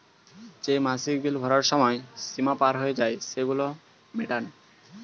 যেই মাসিক বিল ভরার সময় সীমা পার হয়ে যায়, সেগুলো মেটান